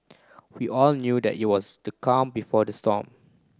we all knew that it was the calm before the storm